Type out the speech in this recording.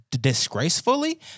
disgracefully